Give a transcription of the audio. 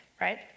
right